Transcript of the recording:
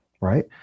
Right